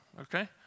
Okay